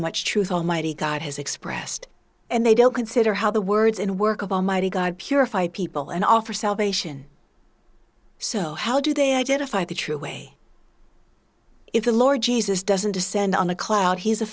much truth almighty god has expressed and they don't consider how the words and work of almighty god purify people and offer salvation so how do they identify the true way if the lord jesus doesn't descend on a cloud he's a